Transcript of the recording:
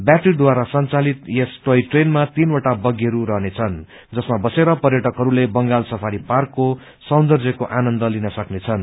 व्याटरीद्वारा संचालित यस टोय ट्रेनमा तीनवटा बग्गीहरू रहनेछ जसमा बसेर पर्यटकहरूले बंगाल सफारी पार्कको सौदर्न्यको आनन्द लिन सक्नेछन्